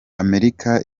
amerika